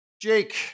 Jake